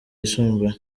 yisumbuye